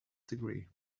degree